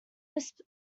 this